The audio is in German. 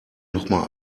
nochmal